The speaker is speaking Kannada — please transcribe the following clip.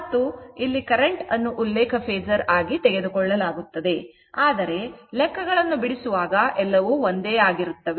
ಮತ್ತು ಇಲ್ಲಿ ಕರೆಂಟ್ ಅನ್ನು ಉಲ್ಲೇಖ ಫೇಸರ್ ಆಗಿ ತೆಗೆದುಕೊಳ್ಳಲಾಗುತ್ತದೆ ಆದರೆ ಲೆಕ್ಕಗಳನ್ನು ಬಿಡಿಸುವಾಗ ಎಲ್ಲವೂ ಒಂದೇ ಆಗಿರುತ್ತದೆ